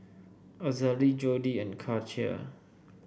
Azalee Jordi and Katia